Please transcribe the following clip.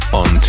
on